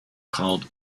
called